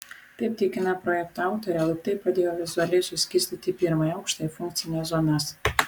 kaip tikina projekto autorė laiptai padėjo vizualiai suskirstyti pirmąjį aukštą į funkcines zonas